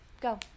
go